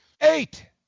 Eight